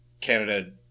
Canada